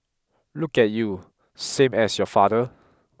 look at you same as your father